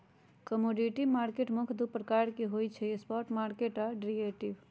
commodity market मुख्य दु प्रकार के होइ छइ स्पॉट मार्केट आऽ डेरिवेटिव